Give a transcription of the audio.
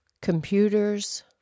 computers